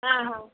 ହଁ ହଁ